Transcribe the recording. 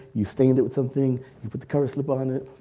you stained it with something, you put the cover slip on it,